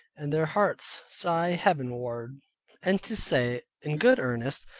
and their hearts sigh heaven-ward and to say in good earnest,